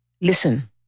Listen